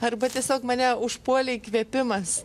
arba tiesiog mane užpuolė įkvėpimas